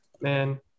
man